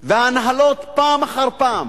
וההנהלות, פעם אחר פעם,